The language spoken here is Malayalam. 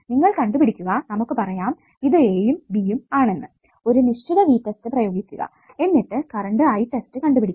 നിങ്ങൾ കണ്ടുപിടിക്കുക നമുക്ക് പറയാം ഇത് a യും b യും ആണെന്ന് ഒരു നിശ്ചിത V test പ്രയോഗിക്കുക എന്നിട്ട് കറണ്ട് I test കണ്ടുപിടിക്കുക